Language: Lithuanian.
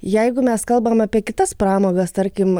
jeigu mes kalbam apie kitas pramogas tarkim